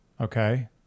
okay